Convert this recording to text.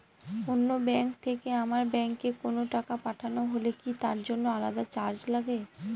অন্য ব্যাংক থেকে আমার ব্যাংকে কোনো টাকা পাঠানো হলে কি তার জন্য আলাদা চার্জ লাগে?